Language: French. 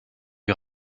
lui